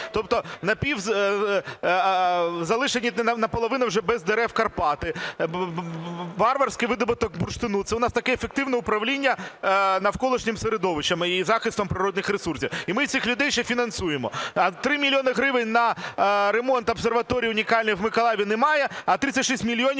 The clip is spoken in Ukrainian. Тобто залишені наполовину вже без дерев Карпати, варварський видобуток бурштину – це в нас таке ефективне управління навколишнім середовищем і захистом природніх ресурсів і ми цих людей ще й фінансуємо. 3 мільйони гривень на ремонт обсерваторії унікальної в Миколаєві немає, а 36 мільйонів